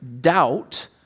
doubt